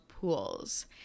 pools